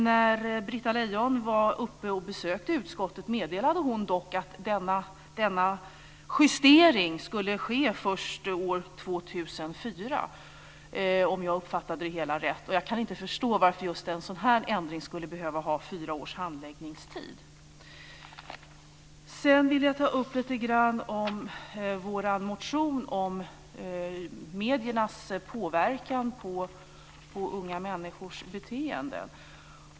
När Britta Lejon besökte utskottet meddelade hon dock att denna justering skulle ske först år 2004, om jag uppfattade det hela rätt, och jag kan inte förstå varför just en sådan här ändring skulle behöva ha fyra års handläggningstid. Sedan vill jag ta upp lite grann om vår motion om mediernas påverkan på unga människors beteende.